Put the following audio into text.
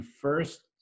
first